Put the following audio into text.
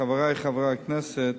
חברי חברי הכנסת,